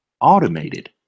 automated